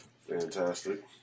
Fantastic